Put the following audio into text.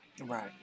Right